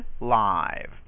live